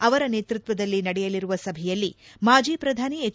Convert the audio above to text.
ಅವರ ನೇತೃತ್ವದಲ್ಲಿ ನಡೆಯಲಿರುವ ಸಭೆಯಲ್ಲಿ ಮಾಜಿ ಪ್ರಧಾನಿ ಹೆಚ್